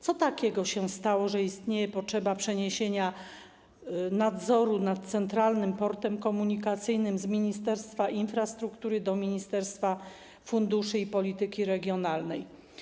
Co takiego się stało, że istnieje potrzeba przeniesienia nadzoru nad Centralnym Portem Komunikacyjnym z Ministerstwa Infrastruktury do Ministerstwa Funduszy i Polityki Regionalnej?